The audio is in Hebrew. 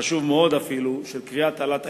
חשוב מאוד אפילו, כריית תעלת הימים.